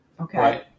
Okay